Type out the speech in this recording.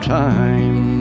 time